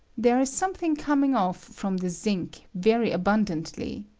there is something coming off from the zinc very abundantly,